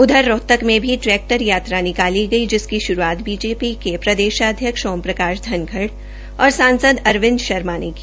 उधर रोहतक में भी ट्रैक्टर यात्रा निकाली गई जिसकी शुरूआत बीजेपी के प्रदेशाध्यक्ष ओम प्रकाश धनखड और सांसद अरविंद शर्मा ने की